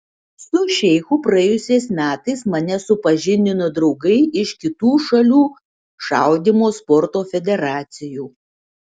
su šeichu praėjusiais metais mane supažindino draugai iš kitų šalių šaudymo sporto federacijų